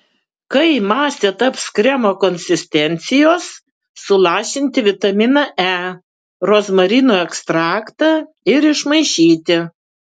kai masė taps kremo konsistencijos sulašinti vitaminą e rozmarinų ekstraktą ir išmaišyti